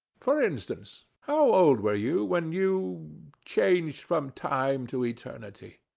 for instance how old were you when you changed from time to eternity?